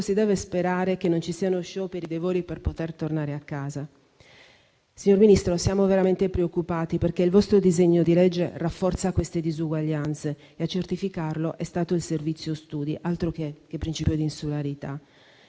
si deve sperare che non ci siano scioperi dei voli per poter tornare a casa. Signor Ministro, siamo veramente preoccupati, perché il vostro disegno di legge rafforza queste disuguaglianze e a certificarlo è stato il Servizio del Bilancio; altro che principio di insularità.